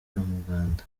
umuganda